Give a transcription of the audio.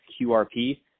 QRP